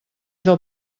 del